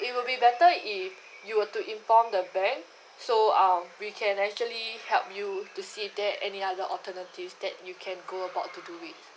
it will be better if you would to inform the bank so um we can actually help you to see there any other alternative that you can go about to do it